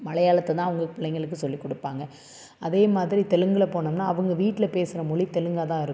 மலையாளத்தை தான் அவங்க பிள்ளைங்களுக்கு சொல்லிக் கொடுப்பாங்க அதே மாதிரி தெலுங்கில் போனோம்னால் அவங்க வீட்டில் பேசுகிற மொழி தெலுங்காக தான் இருக்கும்